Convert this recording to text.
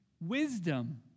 wisdom